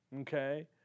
okay